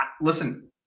Listen